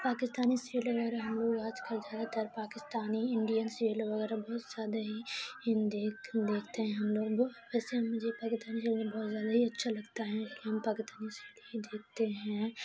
Pakistani serial وغیرہ ہم لوگ آج کل زیادہ تر پاکستانی انڈین سیریل وغیرہ بہت زیادہ ہی دیکھ دیکھتے ہیں ہم لوگ وہ ویسے مجھے پاکستانی سیریل میں بہت زیادہ ہی اچھا لگتا ہے ہم پاکتانی سیریل ہی دیکھتے ہیں